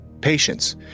patience